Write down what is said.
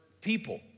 people